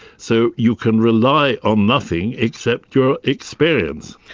so you can rely on nothing except your experience.